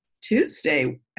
Tuesday